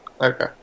Okay